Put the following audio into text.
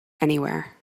anywhere